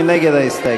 מי נגד ההסתייגות?